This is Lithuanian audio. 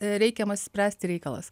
reikiamas spręsti reikalas